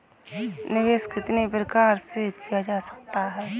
निवेश कितनी प्रकार से किया जा सकता है?